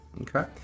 Okay